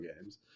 games